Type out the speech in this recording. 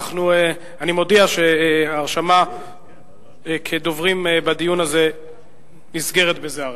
אני מודיע שההרשמה כדוברים בדיון הזה נסגרת בזה הרגע.